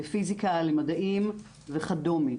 לפיזיקה, למדעים, וכדומה.